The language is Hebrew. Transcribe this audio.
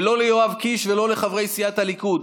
ולא למען יואב קיש וחברי סיעת הליכוד,